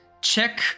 check